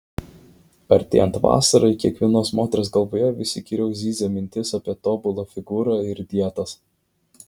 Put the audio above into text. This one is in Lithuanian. artėjant vasarai kiekvienos moters galvoje vis įkyriau zyzia mintys apie tobulą figūrą ir dietas